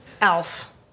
Elf